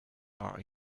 are